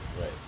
Right